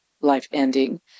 life-ending